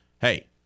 Hey